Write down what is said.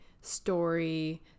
story